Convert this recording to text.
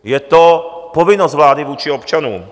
Je to povinnost vlády vůči občanům.